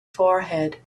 forehead